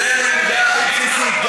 זו הנקודה הכי בסיסית,